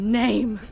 name